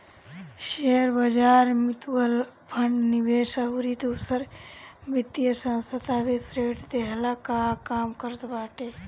शेयरबाजार, mutual fund, निवेश अउरी दूसर वित्तीय संस्था भी ऋण देहला कअ काम करत बाटे